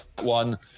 one